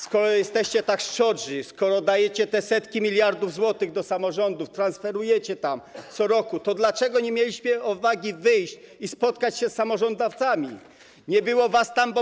Skoro jesteście tak szczodrzy, skoro dajecie te setki miliardów złotych do samorządów, transferujecie tam co roku, to dlaczego nie mieliście odwagi wyjść i spotkać się z samorządowcami?